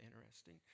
interesting